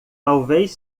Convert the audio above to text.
talvez